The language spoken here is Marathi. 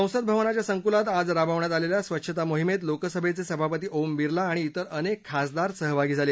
संसद भवनाच्या संकुलात आज राबवण्यात आलेल्या स्वच्छता मोहिमेत लोकसभेचे सभापती ओम बिर्ला आणि इतर अनेक खासदार सहभागी झाले